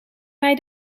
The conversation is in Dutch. mij